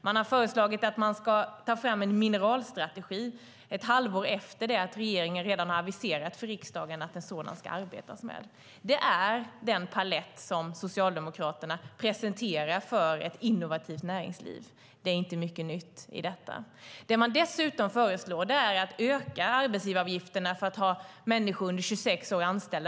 Man har föreslagit att man ska ta fram en mineralstrategi - ett halvår efter att regeringen redan har aviserat för riksdagen att man ska arbeta med en sådan. Detta är den palett för ett innovativt näringsliv som Socialdemokraterna presenterar. Det är inte mycket nytt i detta. Det man dessutom föreslår är att öka arbetsgivaravgifterna för att ha människor under 26 år anställda.